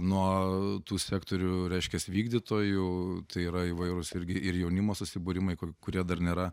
nuo tų sektorių reiškias vykdytojų tai yra įvairūs irgi ir jaunimo susibūrimai kur kurie dar nėra